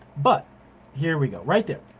but here we go, right there.